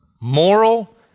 Moral